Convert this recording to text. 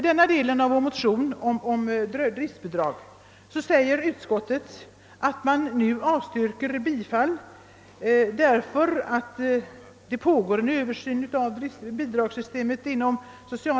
Denna del av vår motion avstyrker utskottet ' därför 'att det inom' socialdepartementet: pågår en översyn av bidragssystemet.